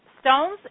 stones